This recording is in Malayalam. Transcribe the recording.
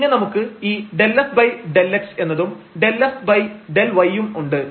പിന്നെ നമുക്ക് ഈ ∂f∂x എന്നതും ∂f∂y ഉം ഉണ്ട്